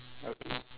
okay